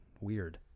weird